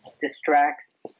distracts